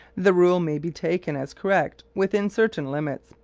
the rule may be taken as correct within certain limits,